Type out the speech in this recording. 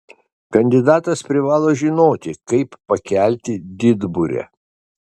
kandidatas privalo žinoti kaip pakelti didburę